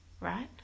right